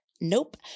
Nope